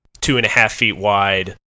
two-and-a-half-feet-wide